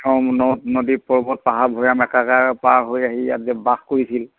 অসম নদ নদীৰ পৰ্বত পাহাৰ ভৈয়াম একাকাৰ পাৰ হৈ আহি ইয়াত যে বাস কৰিছিল